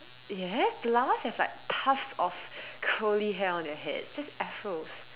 yes llamas have like tons of curly hair on their head that's Afros